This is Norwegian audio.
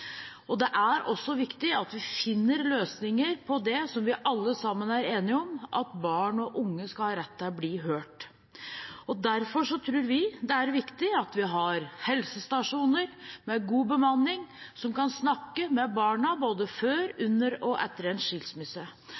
seg. Det er også viktig at vi finner løsninger på det som vi alle sammen er enige om, nemlig at barn og unge skal ha rett til å bli hørt. Derfor tror vi det er viktig at vi har helsestasjoner med god bemanning, som kan snakke med barna før, under og etter en skilsmisse,